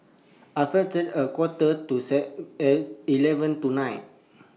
A Quarter to eleven tonight